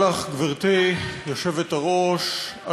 גברתי היושבת-ראש,